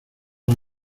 las